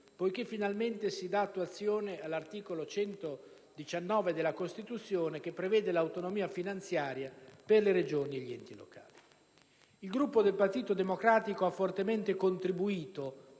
poiché finalmente si dà attuazione all'articolo 119 della Costituzione che prevede l'autonomia finanziaria per le Regioni e gli enti locali. Il Gruppo del PD ha fortemente contribuito